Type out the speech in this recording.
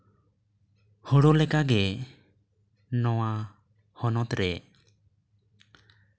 ᱦᱳᱲᱳ ᱞᱮᱠᱟᱜᱮ ᱱᱚᱣᱟ ᱦᱚᱱᱚᱛ ᱨᱮ